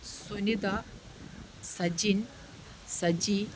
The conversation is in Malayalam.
സുനിത സജിൻ സജി